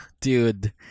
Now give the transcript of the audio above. dude